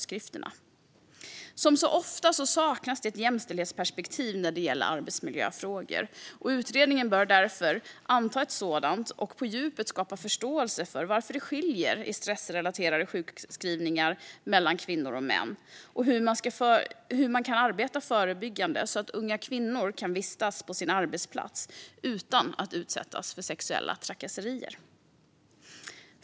Som så ofta saknas ett jämställdhetsperspektiv när det gäller arbetsmiljöfrågor. Utredningen bör därför anta ett sådant för att på djupet skapa förståelse för skillnaden i stressrelaterade sjukskrivningar mellan kvinnor och män och hur man kan arbeta förebyggande så att unga kvinnor kan vistas på sin arbetsplats utan att utsättas för sexuella trakasserier.